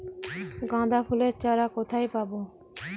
গাঁদা ফুলের চারা কোথায় পাবো?